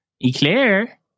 Eclair